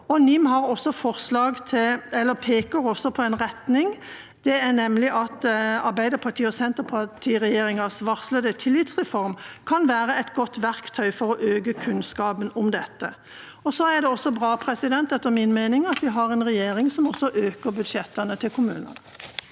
NIM peker også på en retning, nemlig at Arbeiderparti–Senterparti-regjeringas varslede tillitsreform kan være et godt verktøy for å øke kunnskapen om dette. Etter min mening er det også bra at vi har en regjering som øker budsjettene til kommunene.